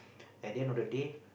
at the end of the day